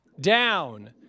down